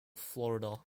florida